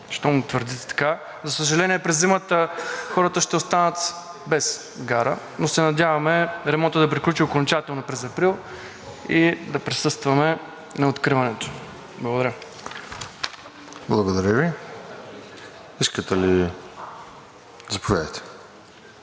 щом твърдите така. За съжаление, през зимата хората ще останат без гара, но се надяваме ремонтът да приключи окончателно през април и да присъстваме на откриването. Благодаря. ПРЕДСЕДАТЕЛ РОСЕН ЖЕЛЯЗКОВ: